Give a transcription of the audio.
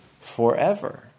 forever